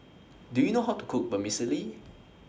Do YOU know How to Cook Vermicelli